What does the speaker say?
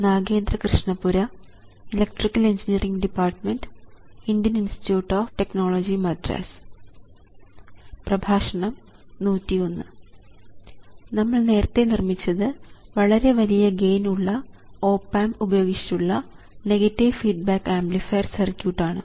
നമ്മൾ നേരത്തെ നിർമ്മിച്ചത് വളരെ വലിയ ഗെയിൻ ഉള്ള ഓപ് ആമ്പ് ഉപയോഗിച്ചുള്ള നെഗറ്റീവ് ഫീഡ്ബാക്ക് ആംപ്ലിഫയർ സർക്യൂട്ട് ആണ്